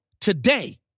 today